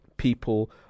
people